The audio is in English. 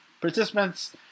participants